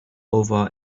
over